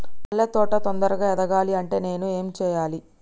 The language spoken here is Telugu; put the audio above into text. మల్లె తోట తొందరగా ఎదగాలి అంటే నేను ఏం చేయాలి?